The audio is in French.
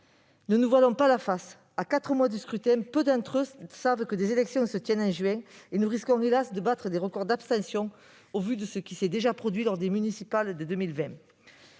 Ne nous voilons pas la face : peu d'entre eux savent que des élections vont se tenir en juin. Nous risquons, hélas ! de battre des records d'abstention au vu de ce qui s'est déjà produit lors des municipales de 2020.